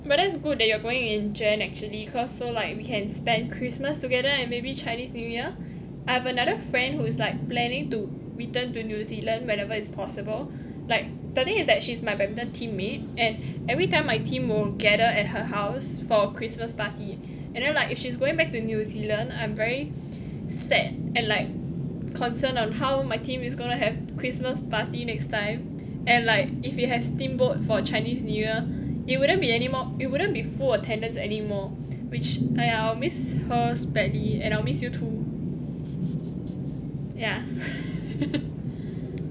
well that's good that you are going in jan actually cause so like we can spend christmas together and maybe chinese new year I've another friend who's like planning to return to New Zealand whenever it's possible like the thing is that she's my badminton team mate and every time my team will gather at her house for christmas party and then like if she's going back to New Zealand I'm very sad and like concerned on how my team is going to have christmas party next time and like if you have steamboat for chinese new year you wouldn't be anymore it wouldn't be full attendance anymore which !aiya! I will miss her badly and I'll miss you too yeah